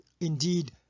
Indeed